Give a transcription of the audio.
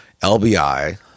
LBI